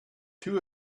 two